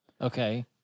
Okay